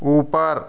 ऊपर